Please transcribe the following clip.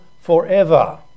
forever